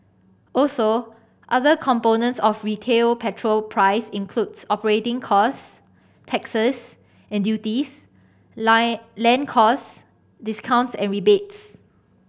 also other components of retail petrol price includes operating costs taxes and duties line land costs discounts and rebates